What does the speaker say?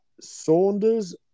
Saunders